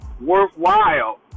worthwhile